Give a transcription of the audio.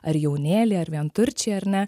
ar jaunėliai ar vienturčiai ar ne